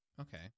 Okay